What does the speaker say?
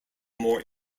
more